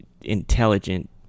intelligent